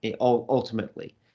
ultimately